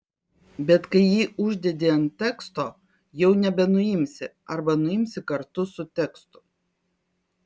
bet kai jį uždedi ant teksto jau nebenuimsi arba nuimsi kartu su tekstu